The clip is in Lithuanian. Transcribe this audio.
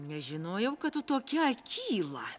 nežinojau kad tokia akyla